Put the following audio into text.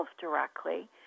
directly